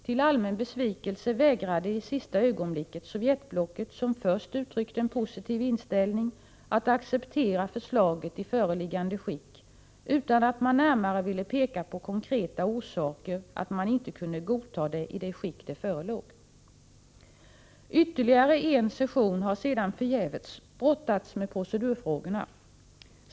Till allmän besvikelse vägrade isista ögonblicket Sovjetblocket, som först uttryckt en positiv inställning, att acceptera förslaget, utan att man närmare ville peka på konkreta orsaker till att man inte kunde godta det i föreliggande skick. Under ytterligare en session har man sedan förgäves brottats med procedurfrågorna.